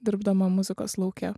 dirbdama muzikos lauke